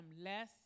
less